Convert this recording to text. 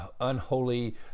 unholy